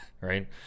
right